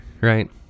Right